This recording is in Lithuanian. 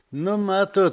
nu matot